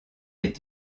est